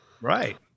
Right